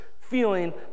feeling